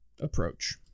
approach